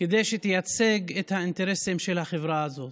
כדי שתייצג את האינטרסים של החברה הזאת.